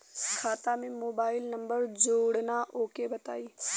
खाता में mobile number जोड़ना ओके बताई?